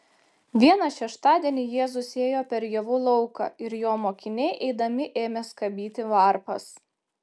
vieną šeštadienį jėzus ėjo per javų lauką ir jo mokiniai eidami ėmė skabyti varpas